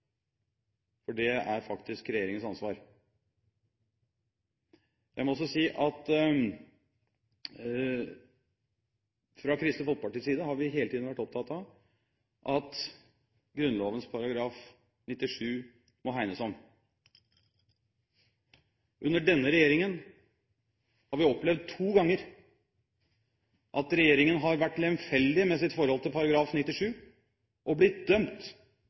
for det er faktisk regjeringens ansvar. Jeg må også si at fra Kristelig Folkepartis side har vi hele tiden vært opptatt av at Grunnloven § 97 må hegnes om. Under denne regjeringen har vi opplevd to ganger at regjeringen har vært lemfeldig med sitt forhold til § 97, og blitt dømt